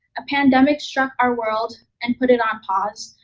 a pandemic struck our world and put it on pause,